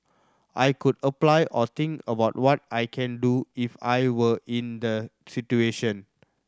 I could apply or think about what I can do if I were in the situation